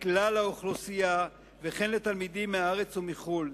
לכלל האוכלוסייה וכן לתלמידים מהארץ ומחו"ל,